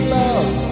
love